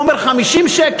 אתה צודק.